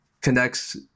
connects